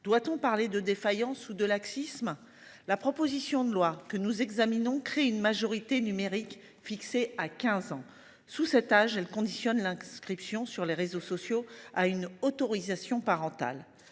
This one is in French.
Doit-on parler de défaillance ou de laxisme. La proposition de loi que nous examinons crée une majorité numérique fixée à 15 ans sous cet âge elle conditionne l'inscription sur les réseaux sociaux à une autorisation parentale.